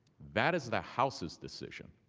that is the houses decision.